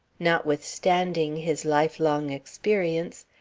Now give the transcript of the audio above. notwithstanding his lifelong experience,